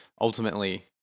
ultimately